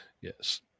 yes